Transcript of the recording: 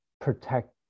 protect